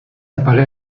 apparaît